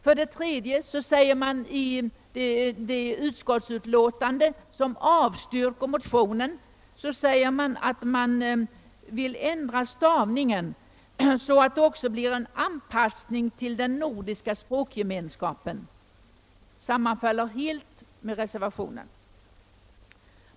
För det tredje står det i det utlåtande som avstyrker motionen att man vill ändra stavningen så att det också blir en anpassning till den nordiska språkgemenskapen. Det sammanfaller helt med reservationen.